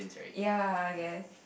ya I guess